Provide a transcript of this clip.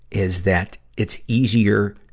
is that it's easier